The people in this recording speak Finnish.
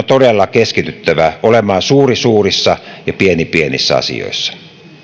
todella keskityttävä olemaan suuri suurissa asioissa ja pieni pienissä asioissa